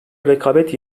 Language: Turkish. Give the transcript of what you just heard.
rekabet